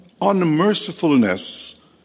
Unmercifulness